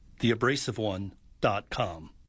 theabrasiveone.com